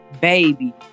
baby